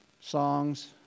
songs